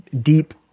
deep